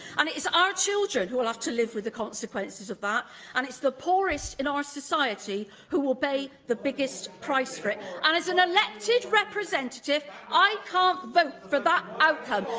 and it's our children who will have to live with the consequences of that, and it's the poorest in our society who will pay the biggest price for it. and as an elected representative, i can't vote for that outcome.